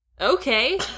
Okay